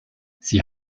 sie